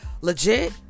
legit